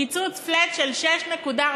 קיצוץ flat של 6.45,